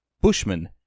Bushmen